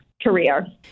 career